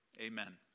amen